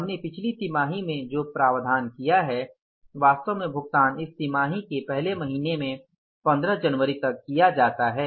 हमने पिछली तिमाही में प्रावधान किया है वास्तव में भुगतान इस तिमाही के पहले महीने में 15 जनवरी तक किया जाता है